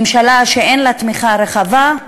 ממשלה שאין לה תמיכה רחבה,